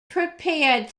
prepared